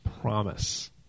promise